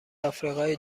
آفریقای